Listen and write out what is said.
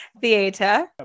Theater